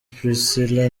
priscillah